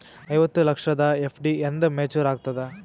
ಐವತ್ತು ಲಕ್ಷದ ಎಫ್.ಡಿ ಎಂದ ಮೇಚುರ್ ಆಗತದ?